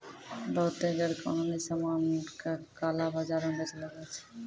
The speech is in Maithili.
बहुते गैरकानूनी सामान का काला बाजार म बेचलो जाय छै